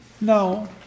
now